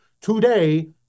today